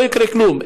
לא יקרה כלום.